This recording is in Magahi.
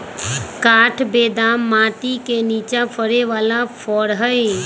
काठ बेदाम माटि के निचा फ़रे बला फ़र हइ